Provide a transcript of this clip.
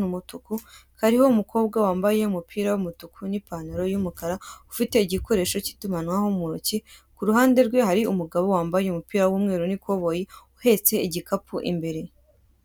n'umutuku, kariho umukobwa wambaye umupira w'umutuku n'ipantalo y'umukara ufite igikoresho k'itumanaho mu ntoki, ku ruhande rwe hari umugabo wambaye umupira w'umweru n'ikoboyi uhetse igikapu imbere.